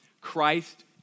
Christ